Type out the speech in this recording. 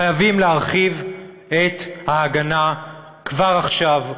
חייבים להרחיב את ההגנה כבר עכשיו.